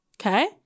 Okay